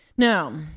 No